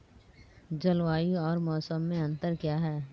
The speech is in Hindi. जलवायु और मौसम में अंतर क्या है?